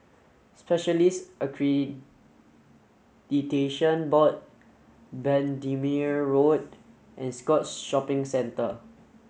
Specialist Accreditation Board Bendemeer Road and Scotts Shopping Centre